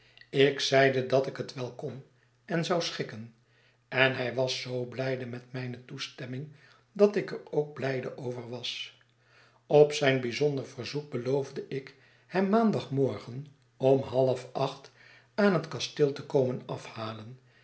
ik zeide dat ik het wel kon en zou schikken en hij waszoo hiijdemetmijnetoestemming dat ik er ook blijde over was opzijnbijzonder verzoek beloofde ik hem maandag morgen om half acht aan hetkasteel te komen afhalen